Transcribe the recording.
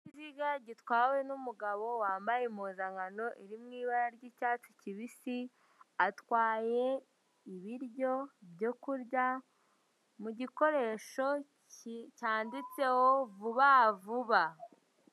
Ikinyabiziga gitwawe n'umugabo wambaye impuzankano iri mu ibara ry'icyatsi kibisi, atwaye ibiryo byo kurya mu gikoresho cyanditseho vuba vuba.